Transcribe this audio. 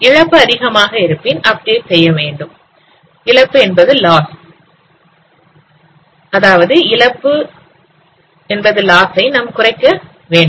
இழப்பு அதிகமாக இருப்பின் அப்டேட் செய்ய வேண்டும் அதன்மூலம் இழப்பு அதாவது லாஸ் குறைக்கப்பட வேண்டும்